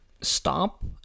stop